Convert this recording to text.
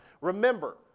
Remember